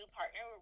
partner